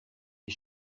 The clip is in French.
les